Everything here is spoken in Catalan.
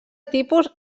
tipus